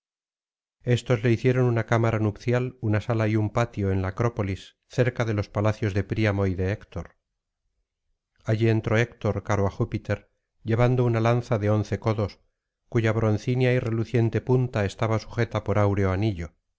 éstos le hicieron una cámara nupcial una sala y un patio en la acrópolis cerca de los palacios de príamo y de héctor allí entró héctor caro á júpiter llevando una lanza de once codos cuya broncínea y reluciente punta estaba sujeta por áureo anillo